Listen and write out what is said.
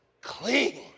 clean